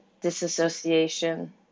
disassociation